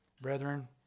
Brethren